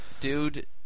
Dude